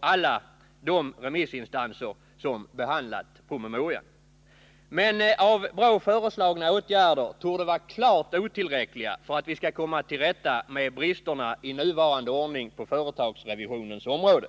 alla de remissinstanser som behandlat promemorian. Men av BRÅ föreslagna åtgärder torde vara klart otillräckliga för att vi skall komma till rätta med bristerna i nuvarande ordning på företagsrevisionens område.